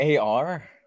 AR